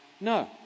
No